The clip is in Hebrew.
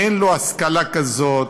אין לו השכלה כזאת.